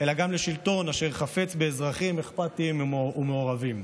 אלא גם לשלטון אשר חפץ באזרחים אכפתיים ומעורבים.